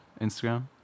Instagram